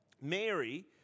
Mary